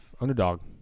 underdog